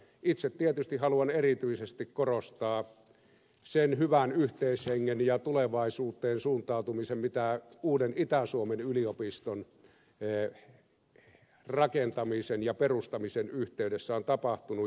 itse tietysti haluan erityisesti korostaa sitä hyvää yhteishenkeä ja tulevaisuuteen suuntautumista mitä uuden itä suomen yliopiston rakentamisen ja perustamisen yhteydessä on tapahtunut